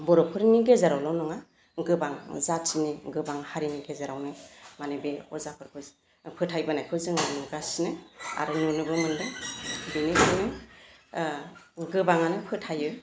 बर'फोरनि गेजेरावल' नङा गोबां जातिनि गोबां हारिनि गेजेरावनो माने बे अजाफोरखौ फोथायबोनायखौ जोङो नुगासिनो आरो नुनोबो मोन्दों बेनिखायनो गोबाङानो फोथायो